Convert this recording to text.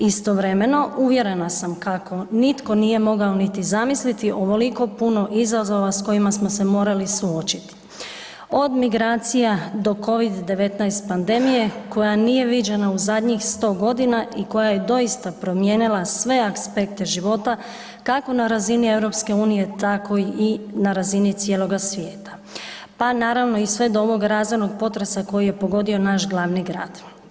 Istovremeno uvjerena sam kako nitko nije mogao niti zamisliti ovoliko puno izazova s kojima smo se morali suočiti, od migracija do covid-19 pandemije koja nije viđena u zadnjih 100 godina i koja je doista promijenila sve aspekte života kako na razini EU tako i na razini cijeloga svijeta, pa naravno i sve do ovog razornog potresa koji je pogodio naš glavni grad.